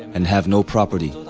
and have no property.